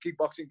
kickboxing